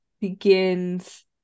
begins